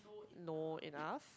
know enough